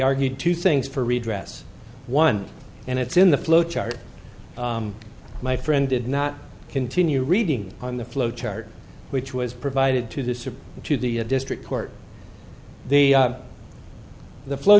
argued two things for redress one and it's in the flow chart my friend did not continue reading on the flow chart which was provided to the supreme to the district court the the flow